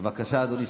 בבקשה, אדוני.